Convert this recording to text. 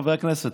חברי הכנסת,